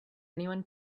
anyone